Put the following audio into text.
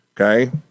okay